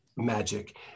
magic